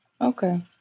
Okay